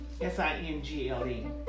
S-I-N-G-L-E